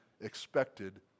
expected